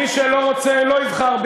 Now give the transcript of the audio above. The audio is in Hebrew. מי שרוצה, יבחר בי, מי שלא רוצה, לא יבחר בי.